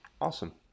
Awesome